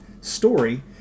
story